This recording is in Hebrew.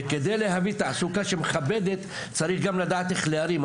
וכדי להביא תעסוקה שמכבדת צריך גם לדעת אייך להרים.